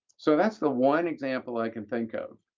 so that's the one example i can think of.